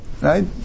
Right